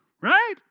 right